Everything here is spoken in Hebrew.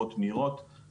גם קרן-הון סיכון,